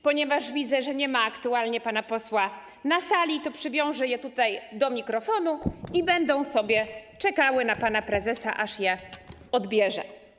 Ponieważ widzę, że nie ma aktualnie pana posła na sali, to przywiążę je tutaj, do mikrofonu, i będą sobie czekały na pana prezesa, aż je odbierze.